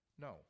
no